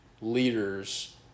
leaders